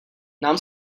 nám